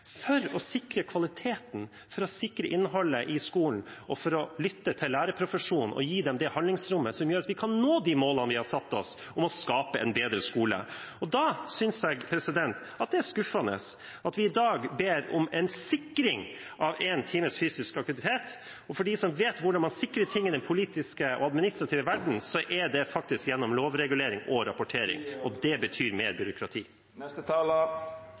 for å sikre kvaliteten, for å sikre innholdet i skolen og for å lytte til lærerprofesjonen og gi dem det handlingsrommet som gjør at vi kan nå de målene vi har satt oss for å skape en bedre skole. Da synes jeg det er skuffende at vi i dag ber om en sikring av én times fysisk aktivitet. For dem som vet hvordan man sikrer noe i den politiske og administrative verdenen, er det faktisk gjennom lovregulering og rapportering. Det betyr mer byråkrati.